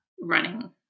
running